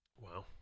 Wow